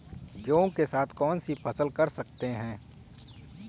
गेहूँ के साथ कौनसी फसल कर सकते हैं?